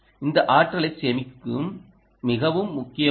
இந்த ஆற்றலைச் சேமிக்கும் மிகவும் முக்கியமானது